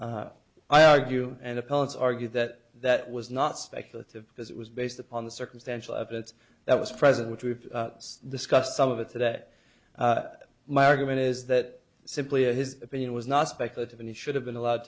speculative i argue and opponents argue that that was not speculative because it was based upon the circumstantial evidence that was present which we've discussed some of it so that my argument is that simply his opinion was not speculative and he should have been allowed